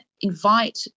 invite